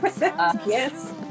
Yes